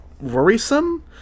worrisome